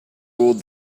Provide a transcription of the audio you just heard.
ruled